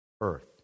earth